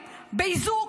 באיזוק,